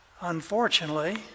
Unfortunately